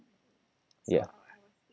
ya